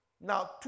Now